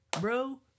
bro